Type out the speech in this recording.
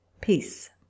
peace